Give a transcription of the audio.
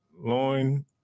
loin